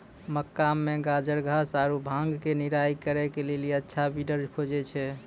मक्का मे गाजरघास आरु भांग के निराई करे के लेली अच्छा वीडर खोजे छैय?